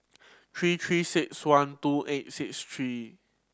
three Three Six One two eight six three